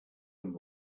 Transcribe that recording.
amb